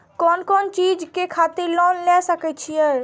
कोन कोन चीज के खातिर लोन ले सके छिए?